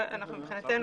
מבחינתנו,